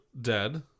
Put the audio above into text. dead